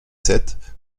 sept